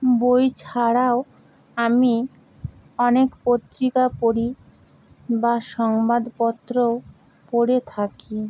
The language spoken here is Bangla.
বই ছাড়াও আমি অনেক পত্রিকা পড়ি বা সংবাদপত্রও পড়ে থাকি